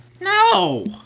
No